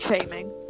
shaming